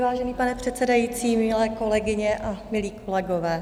Vážený pane předsedající, milé kolegyně, milí kolegové.